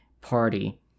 party